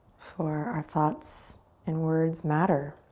for our thoughts and words matter.